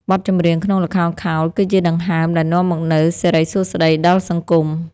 បទចម្រៀងក្នុងល្ខោនខោលគឺជាដង្ហើមដែលនាំមកនូវសិរីសួស្ដីដល់សង្គម។